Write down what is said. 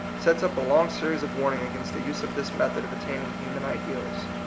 sets up a long series of warnings against the use of this method of attaining human ideals.